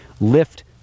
lift